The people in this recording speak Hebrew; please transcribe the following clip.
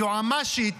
היועמ"שית